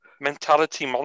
Mentality